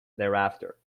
thereafter